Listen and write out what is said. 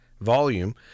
volume